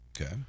Okay